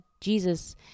jesus